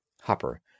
Hopper